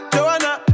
Joanna